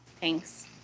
Thanks